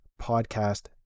podcast